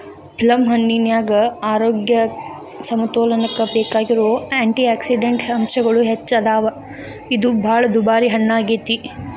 ಪ್ಲಮ್ಹಣ್ಣಿನ್ಯಾಗ ಆರೋಗ್ಯ ಸಮತೋಲನಕ್ಕ ಬೇಕಾಗಿರೋ ಆ್ಯಂಟಿಯಾಕ್ಸಿಡಂಟ್ ಅಂಶಗಳು ಹೆಚ್ಚದಾವ, ಇದು ಬಾಳ ದುಬಾರಿ ಹಣ್ಣಾಗೇತಿ